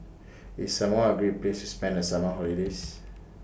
IS Samoa A Great Place to spend The Summer holidays